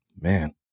Man